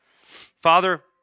Father